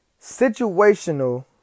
situational